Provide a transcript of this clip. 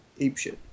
apeshit